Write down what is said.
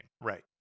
right